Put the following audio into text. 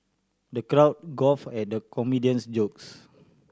the guard guffawed at the comedian's jokes